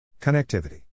connectivity